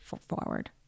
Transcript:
forward